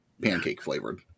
pancake-flavored